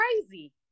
crazy